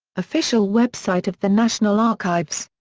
official website of the national archives.